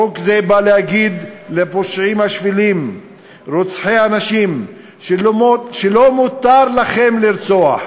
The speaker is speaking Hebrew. חוק זה בא להגיד לפושעים השפלים רוצחי הנשים: לא מותר לכם לרצוח,